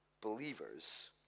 believers